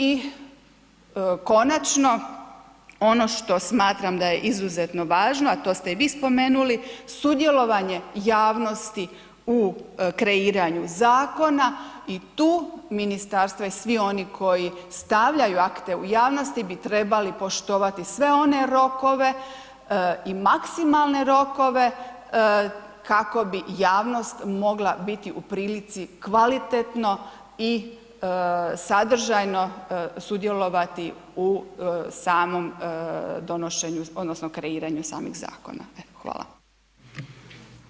I konačno, ono što smatram da je izuzetno važno, a to ste i vi spomenuli, sudjelovanje javnosti u kreiranju zakona i tu ministarstva i svi oni koji stavljaju akte u javnosti bi trebali poštovati sve one rokove i maksimalne rokove kako bi javnost mogla biti u prilici kvalitetno i sadržajno sudjelovati u samom donošenju odnosno kreiranju samih zakona, evo hvala.